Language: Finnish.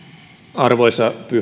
arvoisa